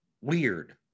weird